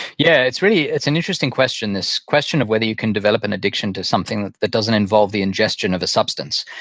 yeah. it's really an interesting question, this question of whether you can develop an addiction to something that doesn't involve the ingestion of a substance.